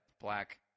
black